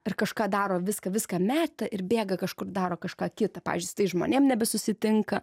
ir kažką daro viską viską meta ir bėga kažkur daro kažką kitą pavyzdžiui su tais žmonėm nebesusitinka